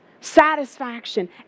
Satisfaction